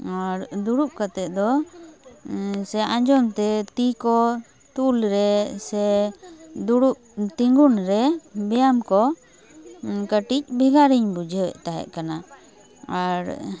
ᱟᱨ ᱫᱩᱲᱩᱵ ᱠᱟᱛᱮᱫ ᱫᱚ ᱥᱮ ᱟᱸᱡᱚᱢ ᱛᱮ ᱛᱤ ᱠᱚ ᱛᱩᱞ ᱨᱮ ᱥᱮ ᱫᱩᱲᱩᱵ ᱛᱤᱸᱜᱩᱱ ᱨᱮ ᱵᱮᱭᱟᱢ ᱠᱚ ᱠᱟᱹᱴᱤᱡ ᱵᱷᱮᱜᱟᱨᱤᱧ ᱵᱩᱡᱷᱟᱹᱣᱭᱮᱫ ᱛᱟᱦᱮᱸ ᱠᱟᱱᱟ ᱟᱨ